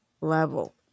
level